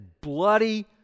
bloody